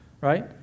Right